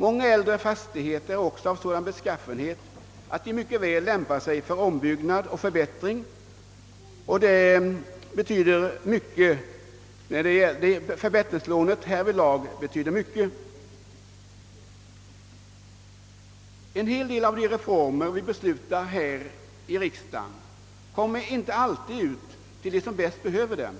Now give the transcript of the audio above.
Många äldre fastigheter är också av sådan beskaffenhet att de mycket väl lämpar sig för ombyggnad och förbättring, och även här betyder förbättringslånen mycket. En hel del av de reformer vi beslutar här i riksdagen kommer inte alltid ut till de människor som bäst behöver hjälpen